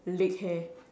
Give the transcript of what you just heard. leg hair